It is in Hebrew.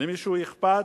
למישהו אכפת?